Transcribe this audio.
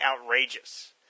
outrageous